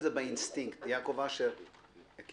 באינסטינקט, יעקב אשר אני